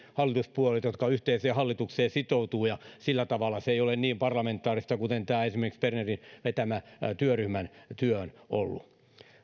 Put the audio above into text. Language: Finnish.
hallituspuolueet jotka yhteiseen hallitukseen sitoutuvat ja sillä tavalla se ei ole niin parlamentaarista kuin esimerkiksi tämän bernerin vetämän työryhmän työ on ollut